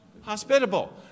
hospitable